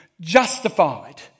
justified